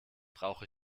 brauche